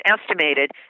estimated